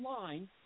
line